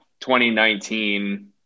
2019